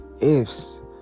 ifs